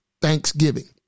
Thanksgiving